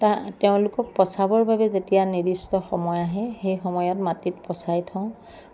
তা তেওঁলোকক পচাবৰ বাবে যেতিয়া নিৰ্দিষ্ট সময় আহে সেই সময়ত মাটিতো পচাই থওঁ